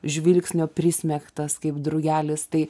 žvilgsnio prismeigtas kaip drugelis tai